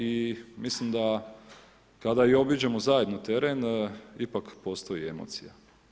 I mislim da kada obiđemo zajedno teren, ipak postoji emocija.